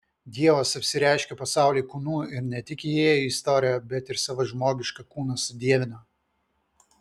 dievas apsireiškė pasauliui kūnu ir ne tik įėjo į istoriją bet ir savo žmogišką kūną sudievino